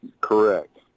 correct